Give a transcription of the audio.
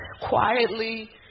quietly